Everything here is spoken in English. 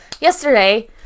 Yesterday